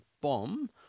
bomb